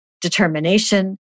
determination